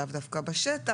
לאו דווקא בשטח,